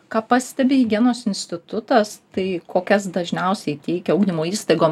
ką pastebi higienos institutas tai kokias dažniausiai teikia ugdymo įstaigom